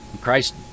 Christ